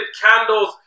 candles